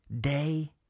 day